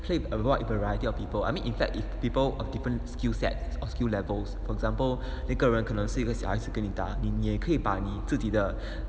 play a wide variety of people I mean in fact if people of different skill sets of skill levels for example 那个人可能是个小孩子跟你打你也可以把你自己的